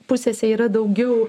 pusėse yra daugiau